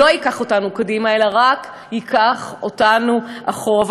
זה לא ייקח אותנו קדימה אלא רק ייקח אותנו אחורה.